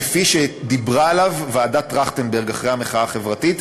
כפי שדיברו עליה ועדת טרכטנברג אחרי המחאה החברתית,